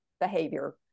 behavior